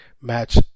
match